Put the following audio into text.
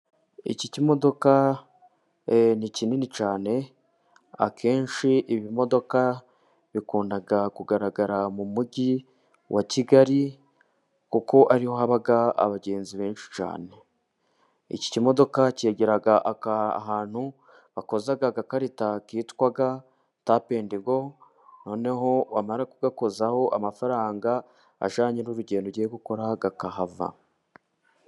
Iki kimodoka ni kinini cyane, akenshi ibimodoka bikunda kugaragara mu Mujyi wa Kigali kuko ariho haba abagenzi benshi cyane, iki kimodoka cyegera aka ahantu bakoza agakarita kitwa tap and go, noneho wamara gukozaho amafaranga ajyanye n'urugendo ugiye gukora akahava.